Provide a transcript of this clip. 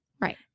Right